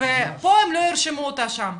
ופה הם לא יירשמו אותה שם.